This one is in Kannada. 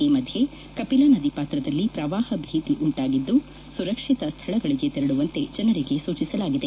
ಈ ಮಧ್ಯೆ ಕಪಿಲಾ ನದಿ ಪಾತ್ರದಲ್ಲಿ ಶ್ರವಾಹ ಭೀತಿ ಉಂಟಾಗಿದ್ದು ಸುರಕ್ಷಿತ ಸ್ಥಳಗಳಿಗೆ ತೆರಳುವಂತೆ ಜನರಿಗೆ ಸೂಚಿಸಲಾಗಿದೆ